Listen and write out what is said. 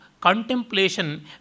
contemplation